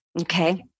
Okay